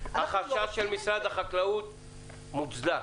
החשש של משרד החקלאות מוצדק,